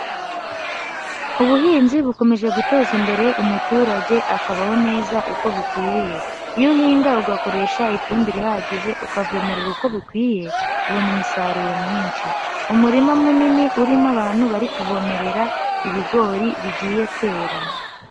Ubuhinzi bukomeje guteza imbere umuturage akabaho neza uko bikwiriye, iyo uhinga ugakoresha ifumbire ihagije ukavmerera uko bikwiye ubona umusaruro mwinshi, umurima munini urimo abantu bari kuvomerera ibigori bigiye kwera.